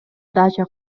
дача